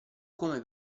come